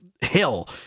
hill